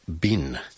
Bin